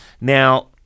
Now